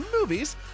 movies